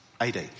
AD